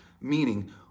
meaning